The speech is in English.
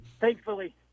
Thankfully